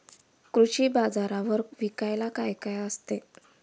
कृषी बाजारावर विकायला काय काय असते?